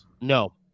No